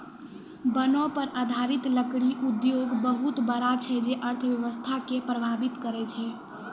वनो पर आधारित लकड़ी उद्योग बहुत बड़ा छै जे अर्थव्यवस्था के प्रभावित करै छै